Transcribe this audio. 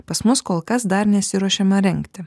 pas mus kol kas dar nesiruošiama rengti